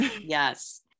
yes